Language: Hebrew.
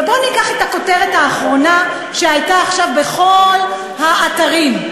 ובואו ניקח את הכותרת האחרונה שהייתה עכשיו בכל האתרים.